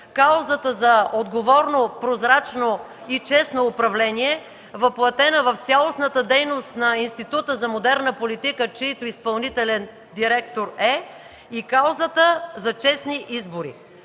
каузата за отговорно, прозрачно и честно управление, въплътена в цялостната дейност на Института за модерна политика, чийто изпълнителен директор е, и каузата за честни избори.